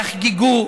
יחגגו,